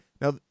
now